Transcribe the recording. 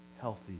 healthy